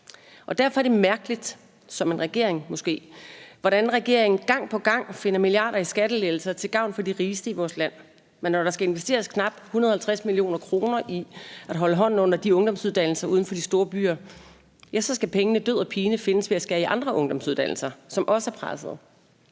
Derfor er det mærkeligt, for en regering måske, hvordan regeringen gang på gang finder milliarder til skattelettelser til gavn for de rigeste i vores land, men når der skal investeres knap 150 mio. kr. i at holde hånden under de ungdomsuddannelser, der ligger uden for de store byer, ja, så skal pengene død og pine findes ved at skære i andre ungdomsuddannelser, som også er pressede.